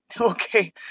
Okay